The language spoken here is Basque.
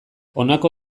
honako